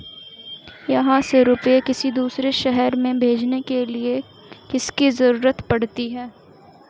यहाँ से रुपये किसी दूसरे शहर में भेजने के लिए किसकी जरूरत पड़ती है?